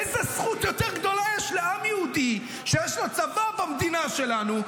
איזו זכות יותר גדולה יש לעם יהודי שיש לו צבא במדינה שלו,